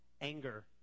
anger